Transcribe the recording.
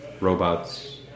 robots